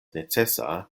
necesa